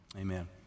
amen